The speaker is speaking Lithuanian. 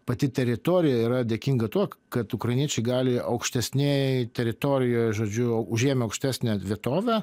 pati teritorija yra dėkinga tuo kad ukrainiečiai gali aukštesnėj teritorijoj žodžiu užėmę aukštesnę vietovę